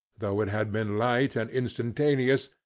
though it had been light and instantaneous,